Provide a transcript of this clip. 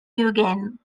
eugene